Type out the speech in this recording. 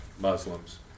Muslims